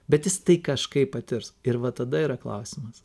bet jis tai kažkaip patirs ir va tada yra klausimas